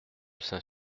saint